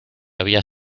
había